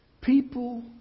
People